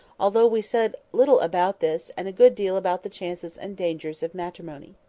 although we said little about this, and a good deal about the chances and dangers of matrimony.